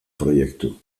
proiektu